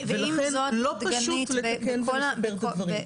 ולכן לא פשוט לתקן ולשפר את הדברים.